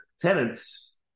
tenants